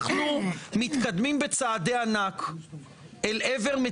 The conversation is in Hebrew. צריך לציין עוד פעם את היכולת של היועץ המשפטי